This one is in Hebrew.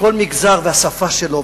וכל מגזר והשפה שלו.